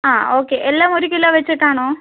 ആ ഓക്കെ എല്ലാം ഒരു കിലോ വച്ചിട്ടാണോ